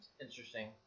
interesting